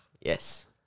Yes